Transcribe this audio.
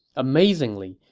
amazingly,